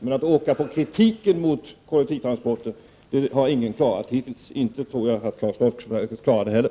Men att åka gratisskjuts på kritiken mot kollektivtransporter har ingen klarat hittills — inte tror jag att Claes Roxbergh klarar det heller!